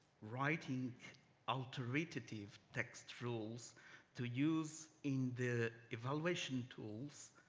writing authorityative text rules to use in the evaluation tools,